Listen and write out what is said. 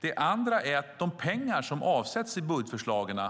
Det andra är att de pengar som avsätts i budgetförslagen